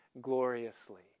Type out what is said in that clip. gloriously